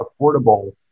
affordable